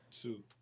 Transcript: two